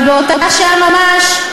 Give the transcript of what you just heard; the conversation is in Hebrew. אבל באותה שעה ממש,